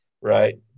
right